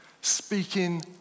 speaking